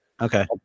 Okay